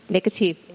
Negative